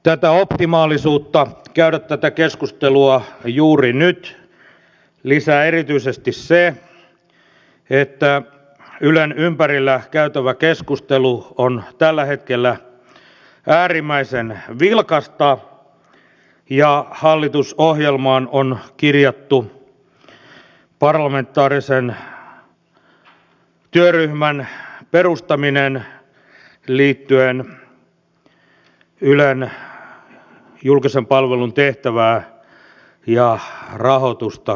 tätä optimaalisuutta käydä tätä keskustelua juuri nyt lisää erityisesti se että ylen ympärillä käytävä keskustelu on tällä hetkellä äärimmäisen vilkasta ja hallitusohjelmaan on kirjattu parlamentaarisen työryhmän perustaminen ylen julkisen palvelun tehtävää ja rahoitusta käsittelemään